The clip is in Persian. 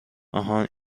آهان